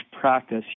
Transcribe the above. practice